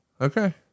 Okay